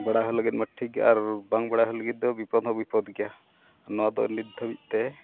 ᱵᱟᱰᱟᱭ ᱦᱚᱲ ᱞᱟᱹᱜᱤᱫ ᱢᱟ ᱴᱷᱤᱠ ᱜᱮᱭᱟ ᱟᱨ ᱵᱟᱝ ᱵᱟᱰᱟᱭ ᱦᱚᱲ ᱞᱟᱹᱜᱤᱫ ᱫᱚ ᱵᱤᱯᱚᱫᱽ ᱦᱚᱸ ᱵᱤᱯᱚᱫᱽ ᱜᱮᱭᱟ ᱱᱚᱣᱟ ᱫᱚ ᱱᱤᱛ ᱫᱷᱟᱹᱵᱤᱡᱛᱮ